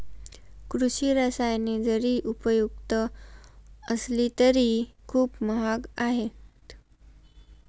कृषी रसायने जरी उपयुक्त असली तरी ती खूप महाग आहेत